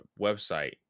website